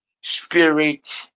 spirit